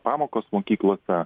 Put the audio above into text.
pamokos mokyklose